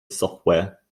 software